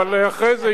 אבל אחרי זה,